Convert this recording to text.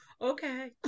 okay